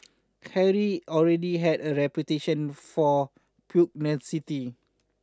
Harry already had a reputation for pugnacity